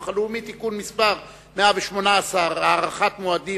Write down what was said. הלאומי (תיקון מס' 118) (הארכת מועדים),